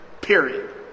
Period